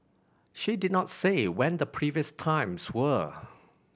she did not say when the previous times were